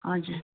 हजुर